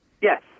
Yes